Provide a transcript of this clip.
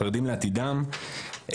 חרדים לעתידם,